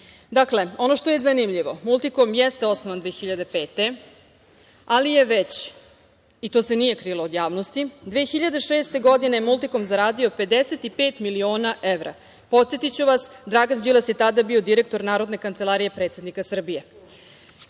Srbiji. Ono što je zanimljivo Multikom jeste osnovan 2005. godine, ali je već i to se nije krilo od javnosti 2006. godine zaradio 55 miliona evra. Podsetiću vas, Dragan Đilas je tada bio direktor Narodne kancelarije predsednika Srbije. Takođe,